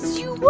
you